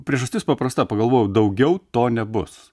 priežastis paprasta pagalvojau daugiau to nebus